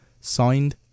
Signed